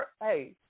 hey